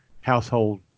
household